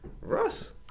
Russ